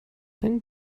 dann